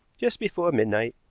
just before midnight,